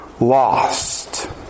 lost